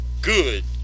good